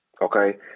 okay